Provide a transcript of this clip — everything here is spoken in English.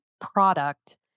product